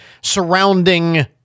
surrounding